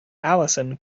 alison